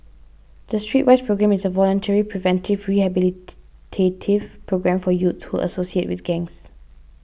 the Streetwise Programme is a voluntary preventive rehabilitative programme for youths who associate with gangs